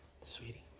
Sweetie